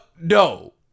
no